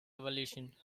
evolution